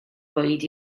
bwyd